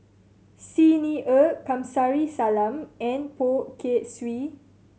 Xi Ni Er Kamsari Salam and Poh Kay Swee